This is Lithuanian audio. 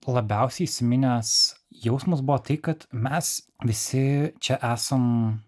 labiausiai įsiminęs jausmas buvo tai kad mes visi čia esam